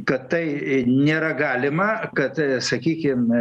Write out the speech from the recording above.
kad tai nėra galima kad sakykim